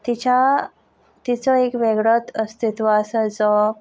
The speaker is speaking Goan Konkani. तिच्या तिचो एक वेगळोच अस्तित्व आसा जो